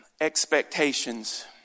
expectations